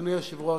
אדוני היושב-ראש,